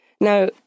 Now